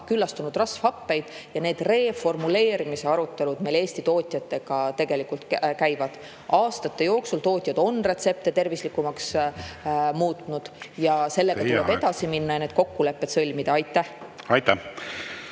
küllastunud rasvhappeid. Need reformuleerimise arutelud meil Eesti tootjatega tegelikult käivad. Aastate jooksul on tootjad retsepte tervislikumaks muutnud, sellega tuleb edasi minna ja need kokkulepped sõlmida. Aitäh!